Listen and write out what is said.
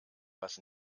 was